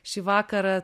šį vakarą